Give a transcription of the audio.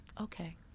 Okay